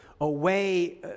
away